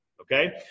okay